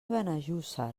benejússer